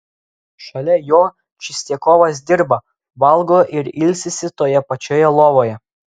šalia jo čistiakovas dirba valgo ir ilsisi toje pačioje lovoje